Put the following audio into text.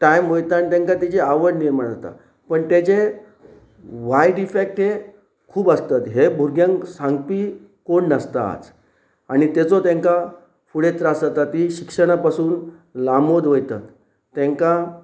time वयता आनी तांकां तेजी आवड निर्माण जाता पण तेजे वायट इफेक्ट हे खूब आसतात हे भुरग्यांक सांगपी कोण नासता आज आनी ताचो तांकां फुडें त्रास जाता ती शिक्षणा पासून लांबोद वयतात तांकां